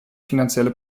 finanzielle